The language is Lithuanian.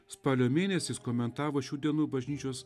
spalio mėnesį jis komentavo šių dienų bažnyčios